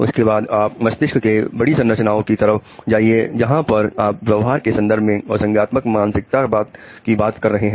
उसके बाद आप मस्तिष्क के बड़ी संरचनाओं की तरफ जाइए जहां पर आप व्यवहार के संदर्भ में और संज्ञात्मक मानसिकता बात कर रहे हैं